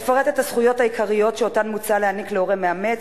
אפרט את הזכויות העיקריות שמוצע להעניק להורה מאמץ,